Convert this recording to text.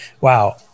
wow